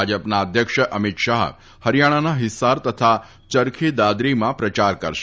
ભાજપના અધ્યક્ષ અમિત શાફ ફરીયાણાના ફિસ્સાર તથા ચરખી દાદરીમાં પ્રચાર કરશે